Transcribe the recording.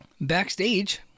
Backstage